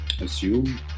assume